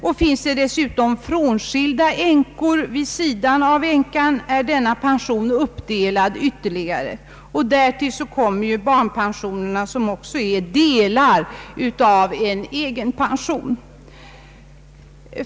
Om den avlidne dessutom efterlämnar hustru i ett tidigare äktenskap blir pensionen uppdelad yvtterligare. Vidare förkommer barnpensioner, som också är delar av egen pension.